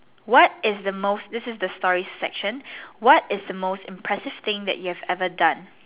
what is the most this is the story section what is the most impressive thing that you have ever done